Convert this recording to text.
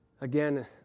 Again